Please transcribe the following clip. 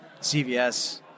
CVS